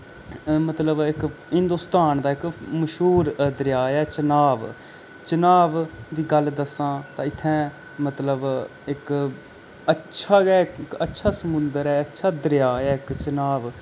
मतलब इक हिन्दुस्तान इक मश्हूर दरेया ऐ चेनाब चेनाब दी गल्ल दस्सां तां इत्थें मतलब इक अच्छा गै अच्छा समुन्दर ऐ अच्छा दरेया ऐ इक चेनाब